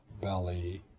belly